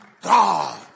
God